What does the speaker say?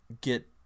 get